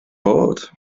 bod